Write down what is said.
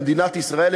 במדינת ישראל,